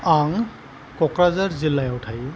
आं क'क्राझार जिल्लायाव थायो